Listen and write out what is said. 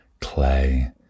Clay